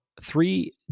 three